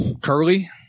Curly